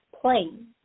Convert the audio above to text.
plane